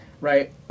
Right